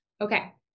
Okay